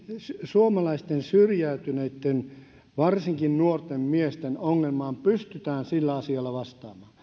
suomalaisten syrjäytyneitten varsinkin nuorten miesten ongelmaan pystytään sillä asialla vastaamaan